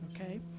Okay